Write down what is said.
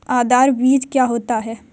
आधार बीज क्या होता है?